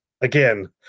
again